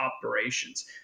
operations